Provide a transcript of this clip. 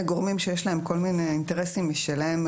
גורמים שיש להם כל מיני אינטרסים משלהם,